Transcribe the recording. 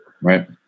Right